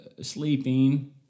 sleeping